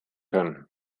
können